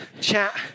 chat